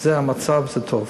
זה המצב, זה טוב.